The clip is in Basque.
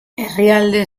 herrialde